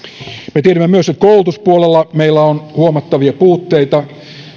me tiedämme myös että koulutuspuolella meillä on huomattavia puutteita